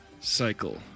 cycle